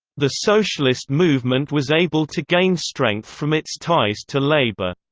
the socialist movement was able to gain strength from its ties to labor.